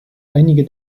einige